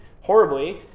horribly